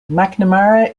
mcnamara